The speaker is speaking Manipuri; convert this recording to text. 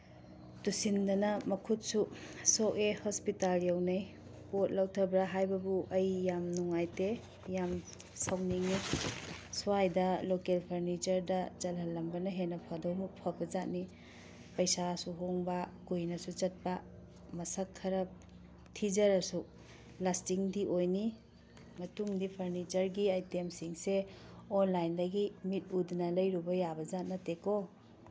ꯇꯨꯁꯤꯟꯗꯅ ꯃꯈꯨꯠꯁꯨ ꯁꯣꯛꯑꯦ ꯍꯣꯁꯄꯤꯇꯥꯜ ꯌꯧꯅꯩ ꯄꯣꯠ ꯂꯧꯊꯕ꯭ꯔꯥ ꯍꯥꯏꯕꯕꯨ ꯑꯩ ꯌꯥꯝ ꯅꯨꯡꯉꯥꯏꯇꯦ ꯌꯥꯝ ꯁꯥꯎꯅꯤꯡꯉꯦ ꯁ꯭ꯋꯥꯏꯗ ꯂꯣꯀꯦꯜ ꯐꯔꯅꯤꯆꯔꯗ ꯆꯜꯍꯜꯂꯝꯕꯅ ꯍꯦꯟꯅ ꯐꯕꯖꯥꯠꯅꯤ ꯄꯩꯁꯥꯁꯨ ꯍꯣꯡꯕ ꯀꯨꯏꯅꯁꯨ ꯆꯠꯄ ꯃꯁꯛ ꯈꯔ ꯊꯤꯖꯔꯁꯨ ꯂꯥꯁꯇꯤꯡꯗꯤ ꯑꯣꯏꯅꯤ ꯃꯇꯨꯡꯗꯤ ꯐꯔꯅꯤꯆꯔꯒꯤ ꯑꯥꯏꯇꯦꯝꯁꯤꯡꯁꯦ ꯑꯣꯟꯂꯥꯏꯟꯗꯒꯤ ꯃꯤꯠ ꯎꯗꯅ ꯂꯩꯔꯨꯕ ꯌꯥꯕꯖꯥꯠ ꯅꯠꯇꯦꯀꯣ